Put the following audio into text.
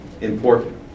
important